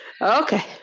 Okay